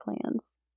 plans